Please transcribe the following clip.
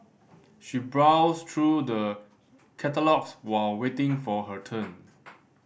she browsed through the catalogues while waiting for her turn